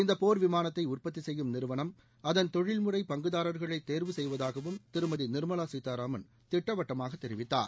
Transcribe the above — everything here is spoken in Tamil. இந்த போர் விமானத்தை உற்பத்தி செய்யும் நிறுவனம் அதன் தொழில்முறை பங்குதாரர்களை தேர்வு செய்வதாகவும் திருமதி நிர்மலா சீதாராமன் திட்டவட்டமாக தெரிவித்தார்